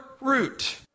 root